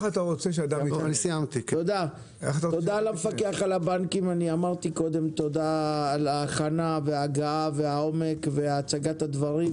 תודה למפקח על הבנקים על ההכנה וההגעה והעומק והצגת הדברים,